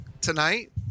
Tonight